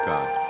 God